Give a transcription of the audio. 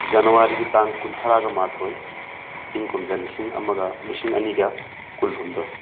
ꯖꯅꯋꯥꯔꯤꯒꯤ ꯇꯥꯡ ꯀꯨꯟꯊ꯭ꯔꯥꯒ ꯃꯥꯊꯣꯏ ꯏꯪ ꯀꯨꯝꯖꯥ ꯂꯤꯁꯤꯡ ꯑꯃꯒ ꯂꯤꯁꯤꯡ ꯑꯅꯤꯒ ꯀꯨꯜꯍꯨꯝꯗꯣꯏ